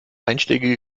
einschlägige